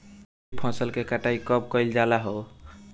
खरिफ फासल के कटाई कब कइल जाला हो?